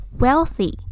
wealthy